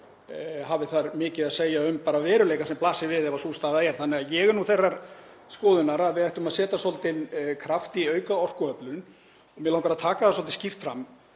hafi þar mikið að segja um veruleikann sem blasir við ef sú staða er. Ég er þeirrar skoðunar að við ættum að setja svolítinn kraft í að auka orkuöflun. Mig langar að taka það svolítið skýrt fram